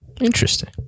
Interesting